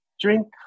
drink